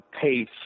pace